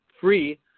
free